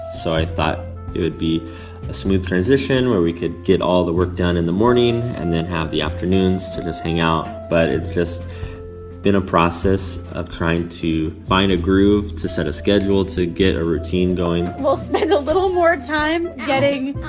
so i thought it would be a smooth transition where we could get all the work done in the morning and then have the afternoons to just hang out. but it's just been a process of trying to find a groove, to set a schedule, to get a routine going we'll spend a little more time getting